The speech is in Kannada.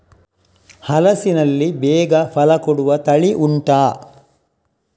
ಹಲಸಿನಲ್ಲಿ ಬೇಗ ಫಲ ಕೊಡುವ ತಳಿ ಉಂಟಾ